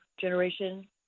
generation